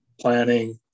planning